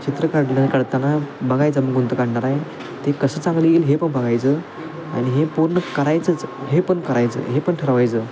चित्र काढल्या काढताना बघायचं मग कोणतं काढणार आहे ते कसं चांगलं येईल हे पण बघायचं आणि हे पूर्ण करायचंच हे पण करायचं हे पण ठरवायचं